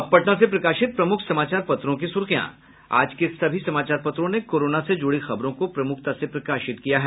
अब पटना से प्रकाशित प्रमुख समाचार पत्रों की सुर्खियां आज के सभी समाचार पत्रों ने कोरोना से जुड़ी खबरों को प्रमुखता से प्रकाशित किया है